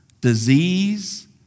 disease